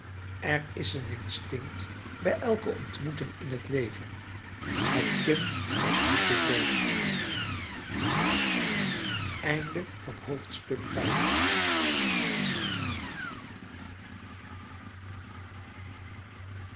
er is een instinct bij elke ontmoeting in het leven het kind was niet bevreesd